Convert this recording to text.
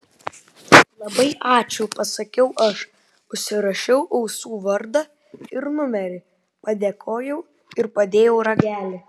labai ačiū pasakiau aš užsirašiau ausų vardą ir numerį padėkojau ir padėjau ragelį